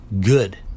good